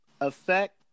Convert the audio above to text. affect